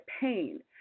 pain